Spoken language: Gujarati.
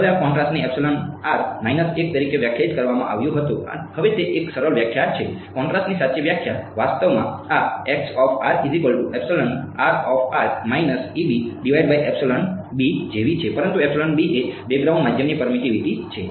હવે આ કોન્ટ્રાસ્ટને તરીકે વ્યાખ્યાયિત કરવામાં આવ્યું હતું હવે તે એક સરળ વ્યાખ્યા છે કોન્ટ્રાસ્ટની સાચી વ્યાખ્યા વાસ્તવમાં આ જેવી છે પરંતુ એ બ્રેકગ્રાઉન્ડ માધ્યમની પરમીટીવીટી છે